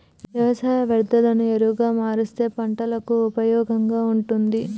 వ్యవసాయ వ్యర్ధాలను ఎరువుగా మారుస్తే పంటలకు ఉపయోగంగా ఉంటుంది